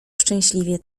szczęśliwie